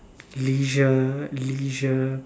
leisure leisure